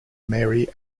mary